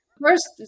first